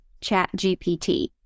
ChatGPT